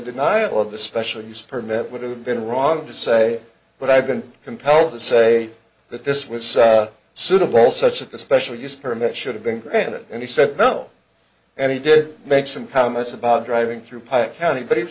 denial of the special use permit would have been wrong to say but i've been compelled to say that this was suitable such that the special use permit should have been granted and he said no and he did make some comments about driving through pike county but